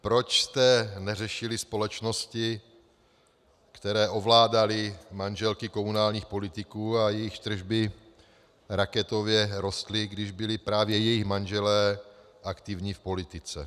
Proč jste neřešili společnosti, které ovládaly manželky komunálních politiků a jejichž tržby raketově rostly, když byli právě jejich manželé aktivní v politice?